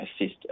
assist